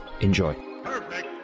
Enjoy